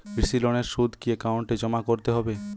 কৃষি লোনের সুদ কি একাউন্টে জমা করতে হবে?